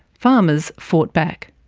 farmers fought back.